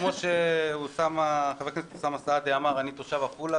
כמו שחבר הכנסת אוסאמה סעדי אמר אני תושב עפולה,